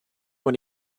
when